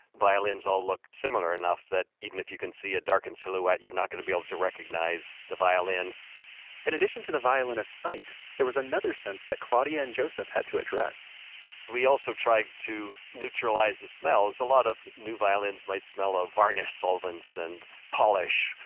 violins all look similar enough that even if you can see a darkened silhouette, you're not gonna be able to recognize the violin in addition to the violinists' sight, there was another sense that claudia and joseph had to address we also tried to neutralize the smells. a lot of new violins might smell of varnish solvents and polish,